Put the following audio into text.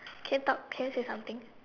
can you talk can you say something